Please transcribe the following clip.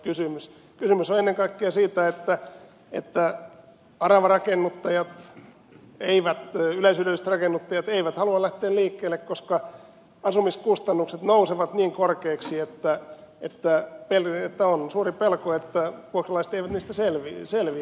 kysymys on ennen kaikkea siitä että aravarakennuttajat yleishyödylliset rakennuttajat eivät halua lähteä liikkeelle koska asumiskustannukset nousevat niin korkeiksi että on suuri pelko että vuokralaiset eivät niistä selviä